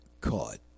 caught